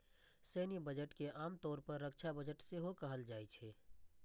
सैन्य बजट के आम तौर पर रक्षा बजट सेहो कहल जाइ छै